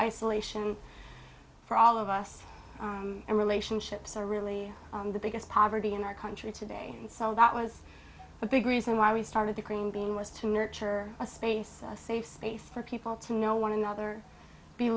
isolation for all of us and relationships are really the biggest poverty in our country today and so that was a big reason why we started the green being was to nurture a space a safe space for people to know one another be